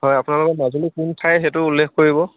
হয় আপোনালোকৰ মাজুলীৰ কোন ঠাইৰ সেইটো উল্লেখ কৰিব